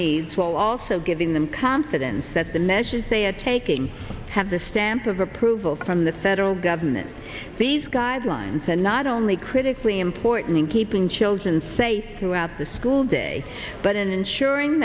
needs while also giving them confidence that the measures they are taking have the stamp of approval from the federal government these guidelines and not only critically important in keeping children safe throughout the school day but in ensuring